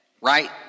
right